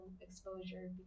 exposure